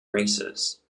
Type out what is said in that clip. races